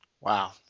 Wow